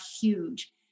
huge